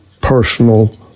personal